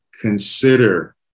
Consider